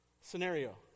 scenario